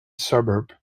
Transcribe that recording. suburb